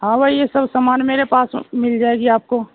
ہاں بھائی یہ سب سامان میرے پاس مل جائے گی آپ کو